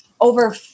over